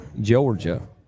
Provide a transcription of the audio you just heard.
Georgia